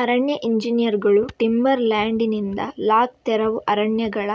ಅರಣ್ಯ ಎಂಜಿನಿಯರುಗಳು ಟಿಂಬರ್ ಲ್ಯಾಂಡಿನಿಂದ ಲಾಗ್ ತೆರವು ಅರಣ್ಯಗಳ